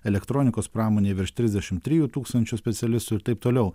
elektronikos pramonėj virš trisdešim trijų tūkstančių specialistų ir taip toliau